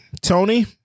Tony